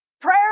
prayer